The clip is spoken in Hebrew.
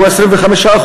הוא 25%,